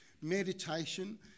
Meditation